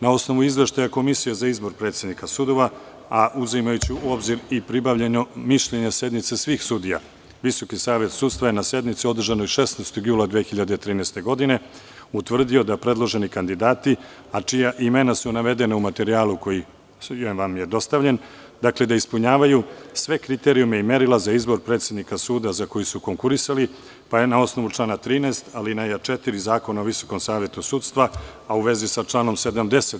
Na osnovu izveštaja Komisije za izbor predsednika sudova, a uzimajući u obzir i pribavljeno mišljenje sednice svih sudija, Visoki savet sudstva je na sednici održanoj 16. jula 2013. godine utvrdio da predloženi kandidati, a čija imena su navedena u materijalu koji vam je dostavljen, da ispunjavaju sve kriterijume i merila za izbor predsednika suda za koji su konkurisali, pa je na osnovu člana 13. alineja 4. Zakona o Visokom savetu sudstva, a u vezi sa članom 70.